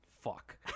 Fuck